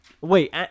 Wait